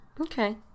Okay